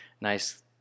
nice